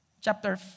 chapter